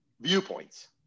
viewpoints